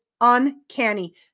uncanny